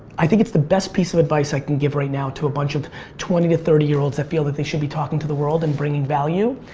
i think it's the best piece of advice i can give right now to a bunch of twenty to thirty year olds that feel that they should be talking to the world and bringing value.